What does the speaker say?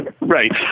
Right